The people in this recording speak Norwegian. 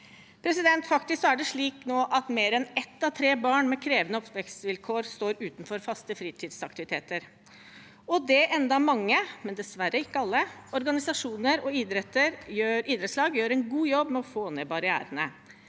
Faktisk er det slik nå at mer enn ett av tre barn med krevende oppvekstsvilkår står utenfor faste fritidsaktiviteter – og det til tross for at mange, men dessverre ikke alle, organisasjoner og idrettslag gjør en god jobb med å få ned barrierene.